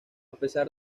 pesar